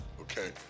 Okay